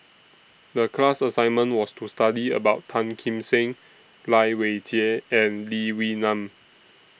The class assignment was to study about Tan Kim Seng Lai Weijie and Lee Wee Nam